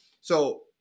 So-